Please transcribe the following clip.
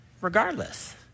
regardless